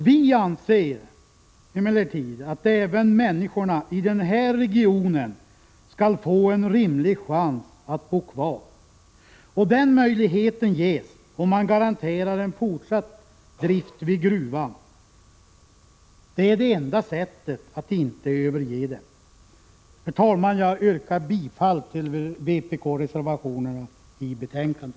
Vi anser att även människorna i den här regionen skall få en rimlig chans att bo kvar. Den möjligheten ges om man garanterar en fortsatt drift vid gruvan. Det är det enda sättet att inte överge dem. Jag yrkar bifall till vpk-reservationerna i betänkandet.